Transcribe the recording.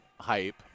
hype